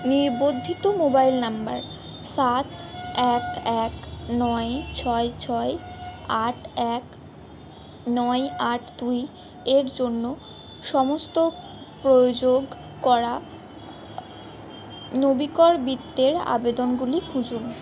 নিবন্ধিত mobile number সাত এক এক নয় ছয় ছয় আট এক নয় আট দুই এর জন্য সমস্ত প্রয়যোগ করা নবীকর বিত্তের আবেদনগুলি খুঁজুন